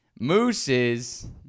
Mooses